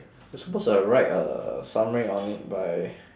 we're supposed to write a summary on it by